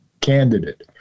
candidate